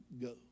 go